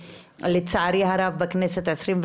לצערי הרב גם בכנסת ה-21,